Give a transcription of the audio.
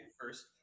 first